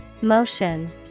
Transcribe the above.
Motion